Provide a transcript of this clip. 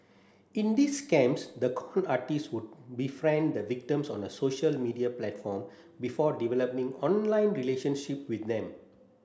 in these scams the con artists would befriend the victims on social media platform before developing online relationships with them